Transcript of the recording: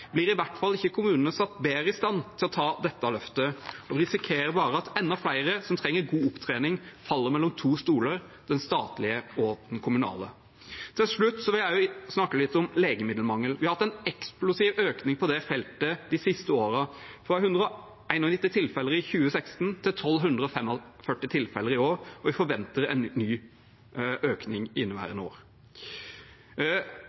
blir i hvert fall ikke kommunene satt bedre i stand til å ta dette løftet, og vi risikerer bare at enda flere som trenger god opptrening, faller mellom to stoler: den statlige og den kommunale. Til slutt vil jeg snakke litt om legemiddelmangel. Vi har hatt en eksplosiv økning på det feltet de siste årene, fra 191 tilfeller i 2016 til 1 245 tilfeller i år, og vi forventer en ny økning